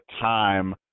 time